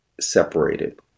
separated